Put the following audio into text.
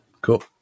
cool